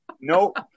Nope